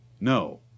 No